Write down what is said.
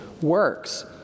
works